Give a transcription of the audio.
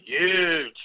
huge